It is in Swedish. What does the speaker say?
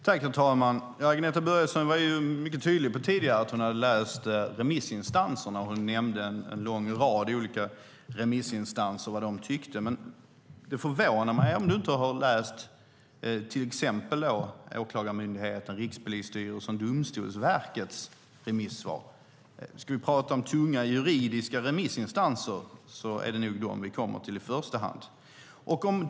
Herr talman! Agneta Börjesson var tydlig med att hon hade läst remissvaren, och hon nämnde vad en lång rad olika remissinstanser tyckte. Det förvånar mig om hon inte har läst till exempel Åklagarmyndighetens, Rikspolisstyrelsens och Domstolsverkets remissvar. Talar vi om tunga juridiska remissinstanser är det nog dessa vi menar i första hand.